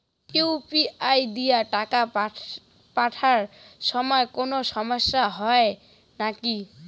UPI দিয়া টাকা পাঠের সময় কোনো সমস্যা হয় নাকি?